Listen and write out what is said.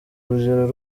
urugero